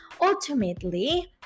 Ultimately